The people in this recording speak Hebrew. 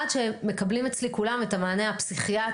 עד שמקבלים אצלי כולם את המענה הפסיכיאטרי,